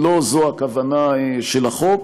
לא זו הכוונה של החוק,